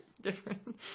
Different